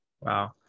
Wow